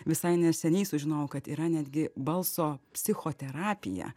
visai neseniai sužinojau kad yra netgi balso psichoterapija